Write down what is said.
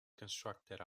constructed